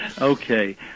Okay